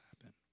happen